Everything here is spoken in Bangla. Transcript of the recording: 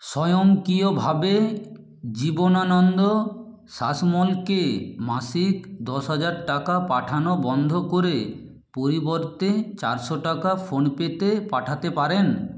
স্বয়ংক্রিয়ভাবে জীবনানন্দ শাসমলকে মাসিক দশ হাজার টাকা পাঠানো বন্ধ করে পরিবর্তে চারশো টাকা ফোনপে তে পাঠাতে পারেন